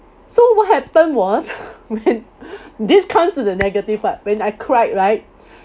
so what happened was when this comes to the negative part when I cried right